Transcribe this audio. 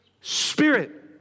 Spirit